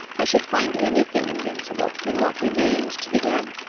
i should find any thing invincible in what remained to be done.